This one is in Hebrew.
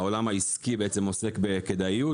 העולם העסקי בעצם עוסק בכדאיות,